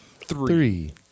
Three